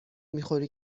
میخوری